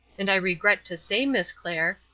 and regret to say, miss clair,